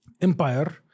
empire